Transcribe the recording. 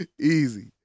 Easy